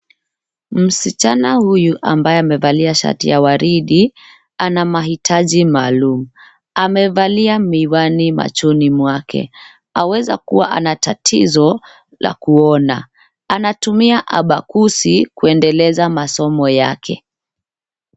Msichana huyu ambaye amevalia shati ya waridi, ana mahitaji maalum. Amevalia miwani machoni mwake. Awezakuwa ana tatizo la kuona. Anatumia abakusi kuendeleza masomo yake.